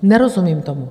Nerozumím tomu.